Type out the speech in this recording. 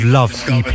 Love